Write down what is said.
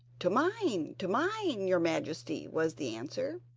to mine, to mine, your majesty was the answer.